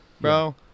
bro